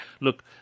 Look